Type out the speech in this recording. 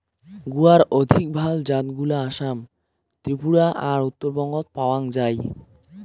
গুয়ার অধিক ভাল জাতগুলা আসাম, ত্রিপুরা আর উত্তরবঙ্গত পাওয়াং যাই